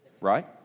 right